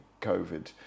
COVID